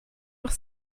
noch